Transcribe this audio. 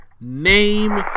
Name